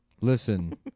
Listen